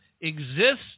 exists